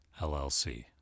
LLC